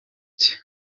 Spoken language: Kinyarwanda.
cye